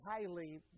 highly